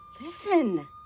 Listen